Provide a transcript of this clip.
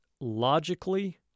logically